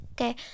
Okay